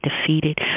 defeated